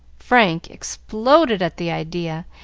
frank exploded at the idea,